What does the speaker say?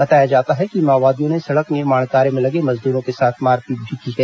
बताया जाता है कि माओवादियों ने सड़क निर्माण कार्य में लगे मजदूरों के साथ मारपीट भी की है